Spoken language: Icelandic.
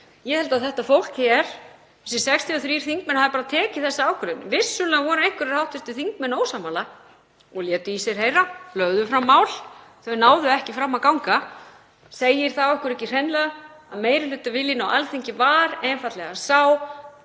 Ég held að þetta fólk hér, þessir 63 þingmenn, hafi bara tekið þessa ákvörðun. Vissulega voru einhverjir hv. þingmenn ósammála og létu í sér heyra og lögðu fram mál. Þau náðu ekki fram að ganga. Segir það okkur ekki hreinlega að meirihlutaviljinn á Alþingi var einfaldlega sá